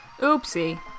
Oopsie